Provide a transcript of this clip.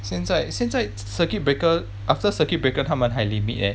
现在现在 circuit breaker after circuit breaker 他们还 limit eh